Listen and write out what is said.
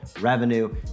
revenue